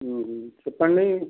చెప్పండి